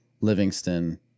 Livingston